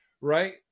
right